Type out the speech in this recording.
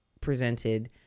presented